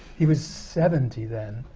he was seventy then,